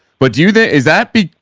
but you, this is that be,